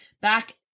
back